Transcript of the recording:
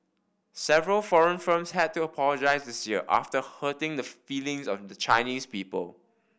several foreign firms had to apologise this year after hurting the feelings of the Chinese people